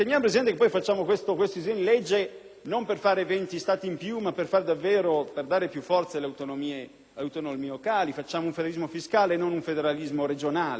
non per creare venti Stati in più ma per dare più forza alle autonomie locali; facciamo un federalismo fiscale, non un federalismo regionale. Questo è importante dirlo e riaffermarlo.